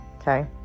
Okay